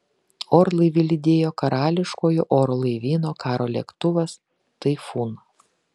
orlaivį lydėjo karališkojo oro laivyno karo lėktuvas taifūn